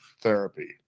therapy